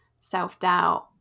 self-doubt